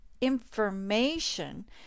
information